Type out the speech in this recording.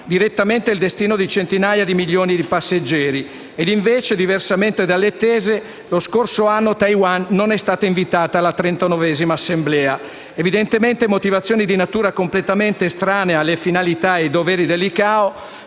direttamente il destino di centinaia di milioni di passeggeri. Invece, diversamente dalle attese, lo scorso anno Taiwan non è stata invitata alla 39a assemblea. Evidentemente motivazioni di natura completamente estranea alle finalità e ai doveri dell'ICAO